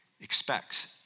expects